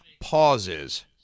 pauses